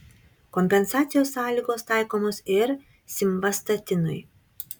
kompensacijos sąlygos taikomos ir simvastatinui